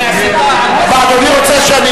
אדוני רוצה,